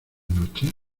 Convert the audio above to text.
noches